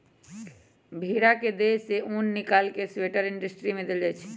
भेड़ा के देह से उन् निकाल कऽ स्वेटर इंडस्ट्री में देल जाइ छइ